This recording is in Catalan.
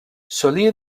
solia